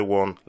one